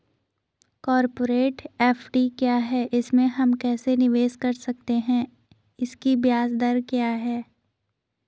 Corporate FD क्या है इसमें हम कैसे निवेश कर सकते हैं इसकी ब्याज दर क्या है?